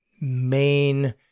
main